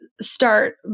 start